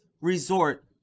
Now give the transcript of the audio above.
resort